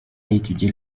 étudié